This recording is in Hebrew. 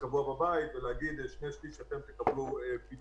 קבוע בבית ולשני שליש האחרים לתת פתרון.